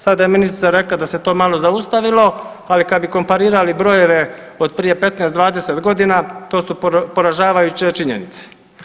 Sada je ministrica rekla da se to malo zaustavilo, ali kada bi komparirali brojeve od prije 15, 20 godina to su poražavajuće činjenice.